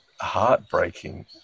heartbreaking